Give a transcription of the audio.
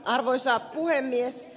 arvoisa puhemies